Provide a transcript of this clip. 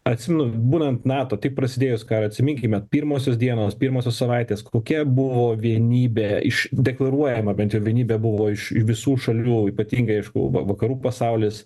atsimenu būnant nato tik prasidėjus karui atsiminkime pirmosios dienos pirmosios savaitės kokia buvo vienybė iš deklaruojama bent jau vienybė buvo iš visų šalių ypatingai aišku va vakarų pasaulis